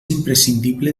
imprescindible